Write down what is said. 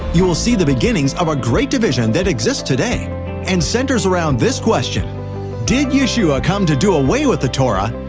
you will see the beginnings of a great division that exists today and centers around this question did yeshua come to do away with the torah,